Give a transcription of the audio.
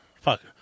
fuck